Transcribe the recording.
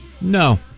No